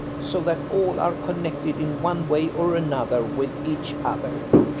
so that all are connected in one way or another with each other.